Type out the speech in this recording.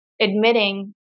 admitting